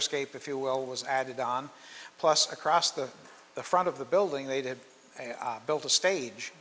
escape if you will was added on plus across the the front of the building they did build a stage